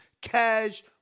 Cash